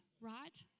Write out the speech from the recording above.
right